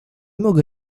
mogę